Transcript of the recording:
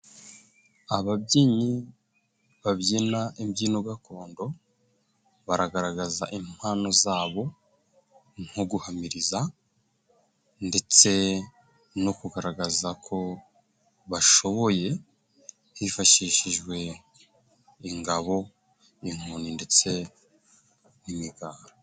Ababyinnyi babyina imbyino gakondo baragaragaza impano zabo nko guhamiriza ndetse no kugaragaza ko bashoboye hifashishijwe ingabo, inkoni ndetse n'imigara.